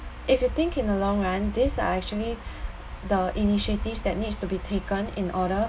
if you think in a long run this are actually the initiatives that needs to be taken in order